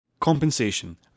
Compensation